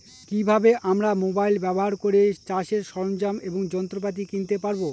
কি ভাবে আমরা মোবাইল ব্যাবহার করে চাষের সরঞ্জাম এবং যন্ত্রপাতি কিনতে পারবো?